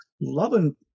loving